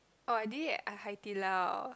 oh I did it at Hai-Di-Lao